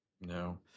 No